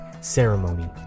ceremony